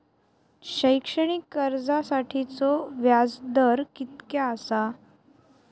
शैक्षणिक कर्जासाठीचो व्याज दर कितक्या आसा?